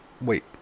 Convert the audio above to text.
Wait